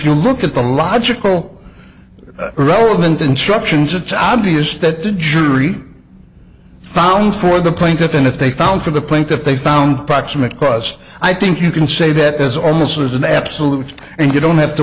you look at the logical relevant instructions it's obvious that the jury found for the plaintiff and if they found for the plaintiff they found proximate cause i think you can say that as ormus was an absolute and you don't have to